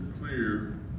clear